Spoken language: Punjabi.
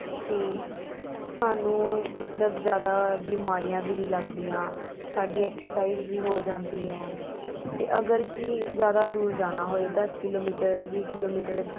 ਅਤੇ ਸਾਨੂੰ ਮਤਲਬ ਜ਼ਿਆਦਾ ਬਿਮਾਰੀਆਂ ਵੀ ਨਹੀਂ ਲੱਗਦੀਆਂ ਸਾਡੀ ਐਕਸਰਸਾਈਜ਼ ਵੀ ਹੋ ਜਾਂਦੀ ਹੈ ਅਤੇ ਅਗਰ ਕਿ ਜ਼ਿਆਦਾ ਦੂਰ ਜਾਣਾ ਹੋਏ ਦਸ ਕਿਲੋਮੀਟਰ ਵੀਹ ਕਿਲੋਮੀਟਰ